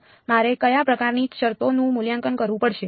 તો મારે કયા પ્રકારની શરતોનું મૂલ્યાંકન કરવું પડશે